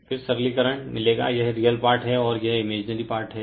फिर सरलीकरण मिलेगा यह रियल पार्ट है और यह इमेजिनरी पार्ट है